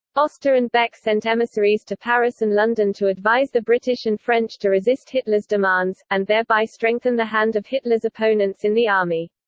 oster and beck sent emissaries to paris and london to advise the british and french to resist hitler's demands, and thereby strengthen the hand of hitler's opponents in the army.